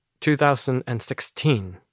2016